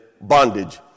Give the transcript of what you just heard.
bondage